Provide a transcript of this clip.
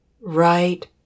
right